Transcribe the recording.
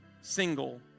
single